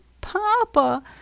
Papa